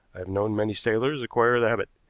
i have known many sailors acquire the habit.